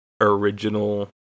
original